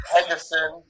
Henderson